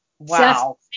Wow